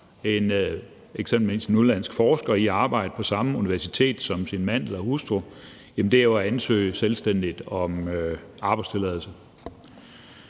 for eksempelvis en udenlandsk forsker for at arbejde på samme universitet som sin mand eller sin hustru, at ansøge selvstændigt om arbejdstilladelse.